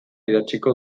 idatziko